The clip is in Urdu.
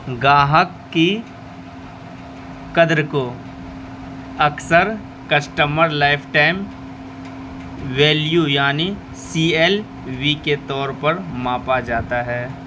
گاہک کی قدر کو اکثر کسٹمر لائف ٹائم ویلیو یعنی سی ایل وی کے طور پر ماپا جاتا ہے